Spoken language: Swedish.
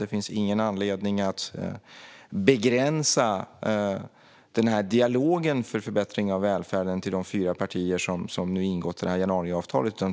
Det finns ingen anledning att begränsa denna dialog för förbättring av välfärden till de fyra partier som nu har ingått januariavtalet.